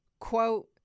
Quote